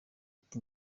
ati